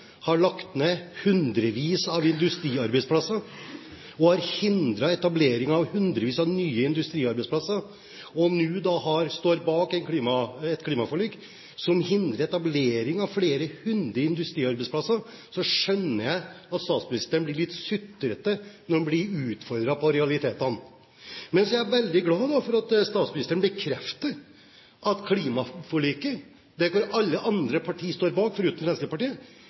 har lagt ned hundrevis av industriarbeidsplasser, har hindret etablering av hundrevis av nye industriarbeidsplasser, og nå står bak et klimaforlik som hindrer etablering av flere hundre industriarbeidsplasser, skjønner jeg at statsministeren blir litt sutrete – når han blir utfordret på realitetene. Men så er jeg veldig glad for at statsministeren bekrefter at klimaforliket, som alle partier unntatt Fremskrittspartiet står bak,